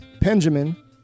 Benjamin